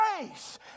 grace